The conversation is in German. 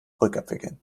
rückabwickeln